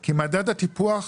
כי מדד הטיפוח,